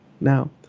Now